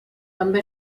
també